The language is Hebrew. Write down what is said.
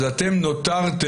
אז אתם נותרתם,